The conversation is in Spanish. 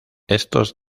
estos